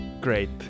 great